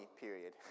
period